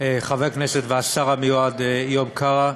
חבר הכנסת והשר המיועד איוב קרא.